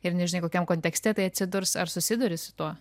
ir nežinai kokiam kontekste tai atsidurs ar susiduri su tuo